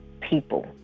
people